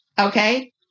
okay